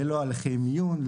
ללא הליכי מיון,